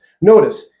Notice